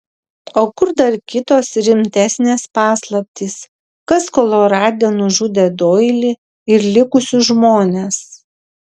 o kur dar kitos rimtesnės paslaptys kas kolorade nužudė doilį ir likusius žmones